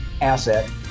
asset